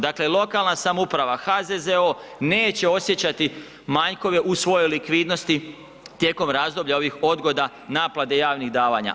Dakle, lokalna samouprava, HZZO, neće osjećati manjkove u svojoj likvidnosti tijekom razdoblja ovih odgoda naplate javnih davanja.